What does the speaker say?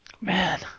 Man